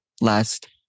last